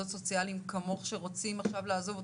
סוציאליים כמוך שרוצים עכשיו לעזוב,